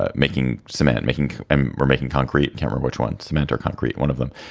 ah making, cement making, and we're making concrete. kemmerer, which once cement or concrete, one of them.